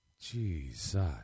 Jesus